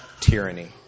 tyranny